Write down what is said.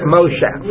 Moshe